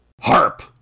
HARP